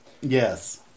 Yes